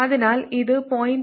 അതിനാൽ ഇത് 0